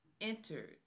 entered